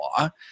law